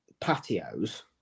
patios